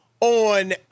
on